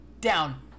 Down